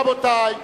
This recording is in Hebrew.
רבותי,